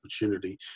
opportunity